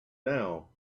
now